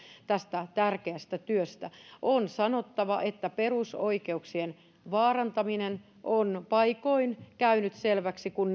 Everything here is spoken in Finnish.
tästä tärkeästä työstä julkisissa käsissä on sanottava että perusoikeuksien vaarantaminen on paikoin käynyt selväksi kun